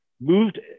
moved